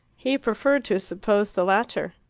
he preferred to suppose the latter.